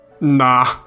Nah